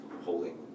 holding